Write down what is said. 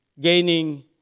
gaining